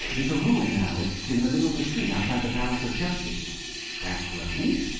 it's a ruin now. it's in the middle of the street outside the palace of justice that's right.